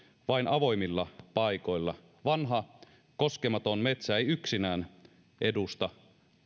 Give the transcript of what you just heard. vain avoimilla paikoilla vanha koskematon metsä ei yksinään edusta